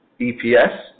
EPS